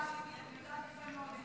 אני יודעת יפה מאוד,